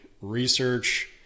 research